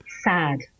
sad